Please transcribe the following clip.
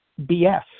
BS